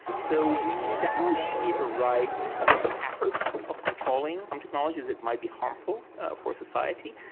so we definitely see right efforts of controlling um technologies that might be harmful for society.